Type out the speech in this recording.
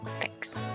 Thanks